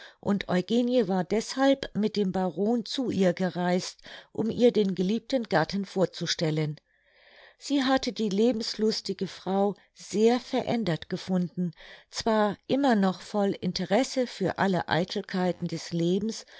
und eugenie war deshalb mit dem baron zu ihr gereist um ihr den geliebten gatten vorzustellen sie hatte die lebenslustige frau sehr verändert gefunden zwar immer noch voll interesse für alle eitelkeiten des lebens